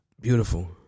Beautiful